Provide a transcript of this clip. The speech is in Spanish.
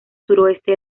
suroeste